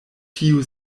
tiu